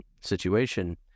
situation